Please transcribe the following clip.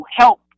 help